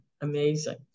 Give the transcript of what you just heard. amazing